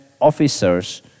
officers